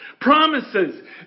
Promises